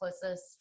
closest